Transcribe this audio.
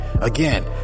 Again